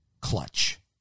clutch